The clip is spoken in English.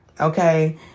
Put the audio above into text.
Okay